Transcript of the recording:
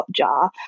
Hotjar